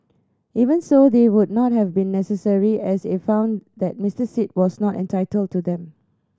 even so they would not have been necessary as it found that Mister Sit was not entitled to them